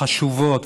חשובות,